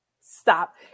Stop